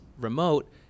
remote